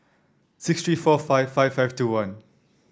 six three four five five five two one